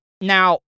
now